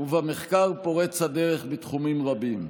ובמחקר פורץ הדרך בתחומים רבים.